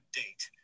date